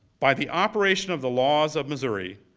by the operation of the laws of missouri,